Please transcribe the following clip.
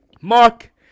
mark